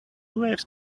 waves